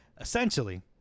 essentially